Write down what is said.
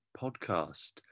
podcast